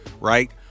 right